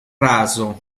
raso